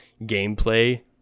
gameplay